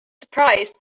surprised